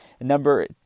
Number